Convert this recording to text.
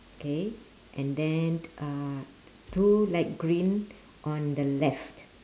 K and then uh two light green on the left